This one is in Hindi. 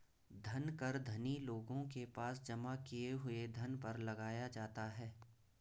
धन कर धनी लोगों के पास जमा किए हुए धन पर लगाया जाता है